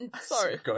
Sorry